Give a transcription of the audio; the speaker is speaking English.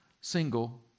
single